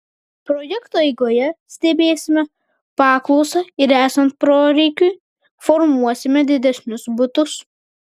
projekto eigoje stebėsime paklausą ir esant poreikiui formuosime didesnius butus